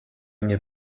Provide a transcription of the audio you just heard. nie